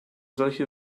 solche